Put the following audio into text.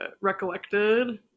recollected